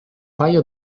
paio